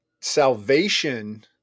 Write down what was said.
salvation